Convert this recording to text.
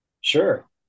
sure